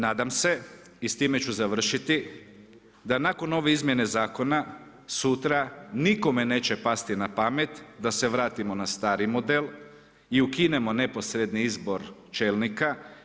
Nadam se i s time ću završiti da nakon ove izmjene zakona sutra nikome neće pasti na pamet da se vratimo na stari model i ukinemo neposredni izbor čelnika.